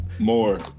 More